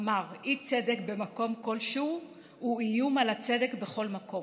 אמר: אי-צדק במקום כלשהו הוא איום על הצדק בכל מקום.